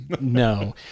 No